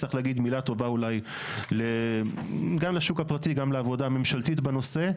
צריך להגיד מילה טובה אולי גם לשוק הפרטי וגם לעבודה הממשלתית בנושא.